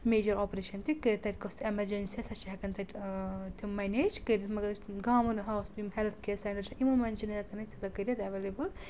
major operation تہِ کٔرِتھ تَتہِ کٲنٛسہِ ایٚمَرجَنسی سۄ چھِ ہؠکَان تَتہِ تِم مینیج کٔرِتھ مگر یُس گامَن اوس یِم ہیٚلٕتھ کِیر سیٚنٹَر چھِ یِمَن منٛز چھِنہٕ ہؠکَان أسۍ ہیٚژاہ کٔرِتھ اؠویلیبٕل